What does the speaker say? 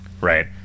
Right